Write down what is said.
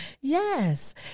Yes